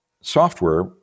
software